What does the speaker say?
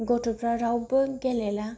गथ'फोरा रावबो गेलेला